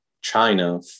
China